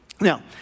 Now